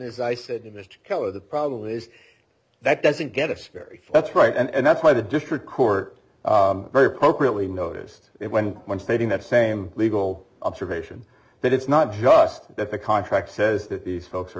s i said mr keller the problem is that doesn't get a scary that's right and that's why the district court very appropriately noticed it when one stating that same legal observation that it's not just that the contract says that these folks are